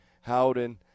Howden